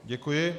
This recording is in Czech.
Děkuji.